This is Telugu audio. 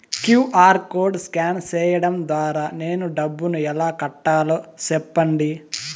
క్యు.ఆర్ కోడ్ స్కాన్ సేయడం ద్వారా నేను డబ్బును ఎలా కట్టాలో సెప్పండి?